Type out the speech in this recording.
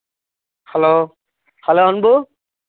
hello hello Ambu